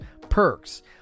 perks